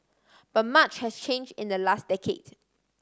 but much has change in the last decade